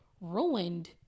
ruined